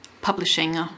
publishing